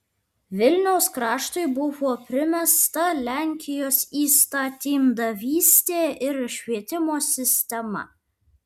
vilniaus kraštui buvo primesta lenkijos įstatymdavystė ir švietimo sistema